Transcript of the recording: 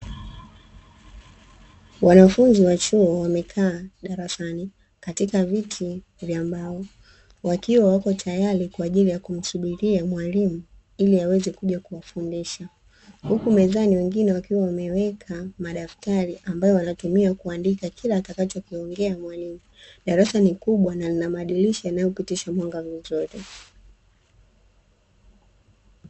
Wanafunzi wa chuo wamekaa darasani katika viti vya mbao, wakiwa wako tayari kwa ajili ya kumsubiria mwalimu ili aweze kuja kuwafundisha, huku mezani wengine wakiwa wameweka madaftari, ambayo wanatumia kuandika kila atakachokiongea mwalimu, darasa ni kubwa na linabadilisha yanayopitishwa mwanga vizuri.